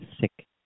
sick